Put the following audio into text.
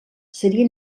seria